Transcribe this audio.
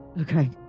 okay